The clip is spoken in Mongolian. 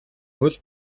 хөл